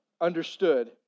understood